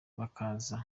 bakaza